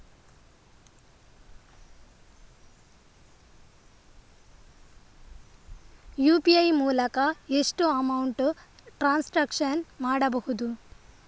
UPI ಮೂಲಕ ಎಷ್ಟು amount transaction ಮಾಡಬಹುದು?